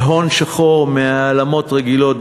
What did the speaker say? והון שחור מהעלמות רגילות,